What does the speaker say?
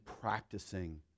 practicing